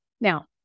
Now